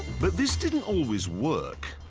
but this didn't always work.